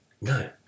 No